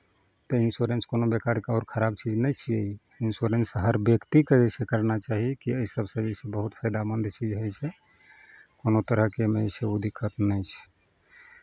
तऽ इन्श्योरेंस कोनो बेकारके आओर खराब चीज नहि छियै ई इन्श्योरेंस हर व्यक्तिकेँ जे छै करना चाही कि एहि सभसँ जे छै बहुत फाइदामन्द चीज होइ छै कोनो तरहके एहिमे जे छै ओ दिक्कत नहि छै